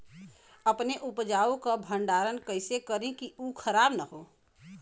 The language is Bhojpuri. अपने उपज क भंडारन कइसे करीं कि उ खराब न हो?